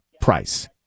price